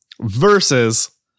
versus